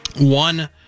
One